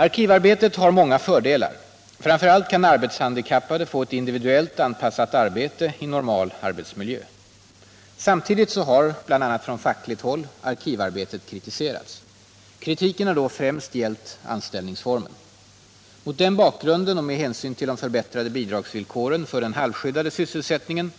Arkivarbetet har många fördelar. Framför allt kan arbetshandikappade få ett individuellt anpassat arbete i normal arbetsmiljö. Samtidigt har, bl.a. från fackligt håll, arkivarbetet kritiserats. Kritiken har då främst gällt anställningsformen. Mot denna bakgrund och med hänsyn till de förbättrade bidragsvillkoren för den halvskyddade sysselsättningen